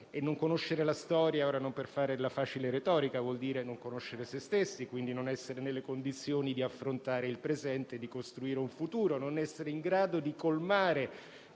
Non conoscere la storia, non per fare della facile retorica, vuol dire non conoscere sé stessi, quindi non essere nelle condizioni di affrontare il presente e di costruire il futuro, né di colmare